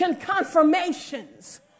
confirmations